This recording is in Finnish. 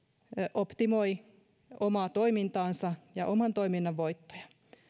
optimoi omaa toimintaansa ja oman toiminnan voittoja